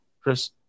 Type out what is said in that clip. Chris